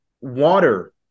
water